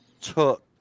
took